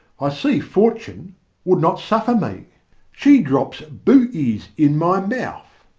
i see fortune would not suffer me she drops booties in my mouth.